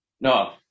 no